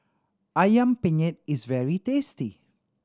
Ayam Penyet is very tasty